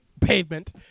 pavement